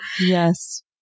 Yes